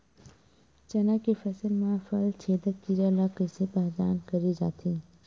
चना के फसल म फल छेदक कीरा ल कइसे पहचान करे जाथे?